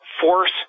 force